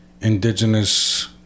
indigenous